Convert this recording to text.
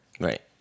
Right